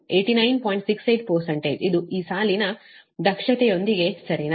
68 ಅದು ಸಾಲಿನ ದಕ್ಷತೆಯೊಂದಿಗೆ ಸರಿನಾ